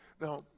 Now